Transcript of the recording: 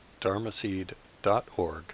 dharmaseed.org